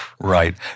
Right